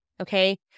okay